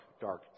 dark